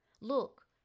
Look